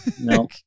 No